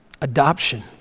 Adoption